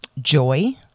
joy